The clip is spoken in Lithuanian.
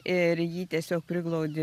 ir jį tiesiog priglaudi